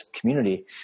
Community